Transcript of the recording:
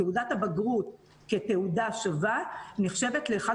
תעודת הבגרות כתעודה שווה נחשבת לאחד